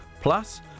Plus